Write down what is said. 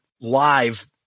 live